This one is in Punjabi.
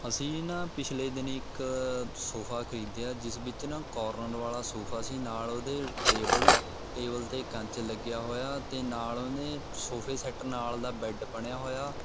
ਅਸੀਂ ਨਾ ਪਿਛਲੇ ਦਿਨੀਂ ਇੱਕ ਸੋਫਾ ਖਰੀਦਿਆ ਜਿਸ ਵਿੱਚ ਨਾ ਕੋਰਨਰ ਵਾਲ਼ਾ ਸੋਫਾ ਸੀ ਨਾਲ਼ ਉਹਦੇ ਟੇਬਲ ਟੇਬਲ 'ਤੇ ਕੰਚ ਲੱਗਿਆ ਹੋਇਆ ਅਤੇ ਨਾਲ਼ ਉਹਨੇ ਸੋਫੇ ਸੈੱਟ ਨਾਲ਼ ਦਾ ਬੈੱਡ ਬਣਿਆ ਹੋਇਆ